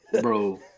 Bro